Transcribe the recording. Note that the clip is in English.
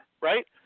right